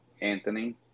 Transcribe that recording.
anthony